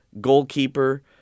goalkeeper